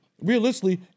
Realistically